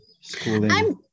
schooling